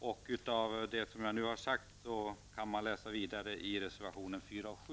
Beträffande det som jag nu har sagt kan man läsa vidare i reservationerna 4 och 7.